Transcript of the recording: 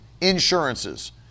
insurances